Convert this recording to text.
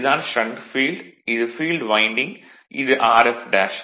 இது தான் shunt field இது ஃபீல்டு வைண்டிங் இது Rf